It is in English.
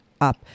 up